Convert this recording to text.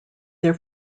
their